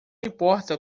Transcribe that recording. importa